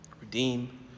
redeem